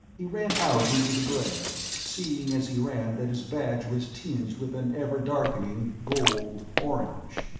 he ran out into the glare, seeing as he ran that his badge was tinged with an ever-darkening, gold, orange.